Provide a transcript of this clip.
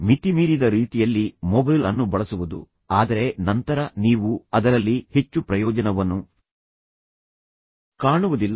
ಮಿತಿಮೀರಿದ ರೀತಿಯಲ್ಲಿ ಮೊಬೈಲ್ ಅನ್ನು ಬಳಸುವುದು ಆದರೆ ನಂತರ ನೀವು ಅದರಲ್ಲಿ ಹೆಚ್ಚು ಪ್ರಯೋಜನವನ್ನು ಕಾಣುವುದಿಲ್ಲ